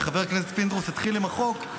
וחבר הכנסת פינדרוס התחיל עם החוק,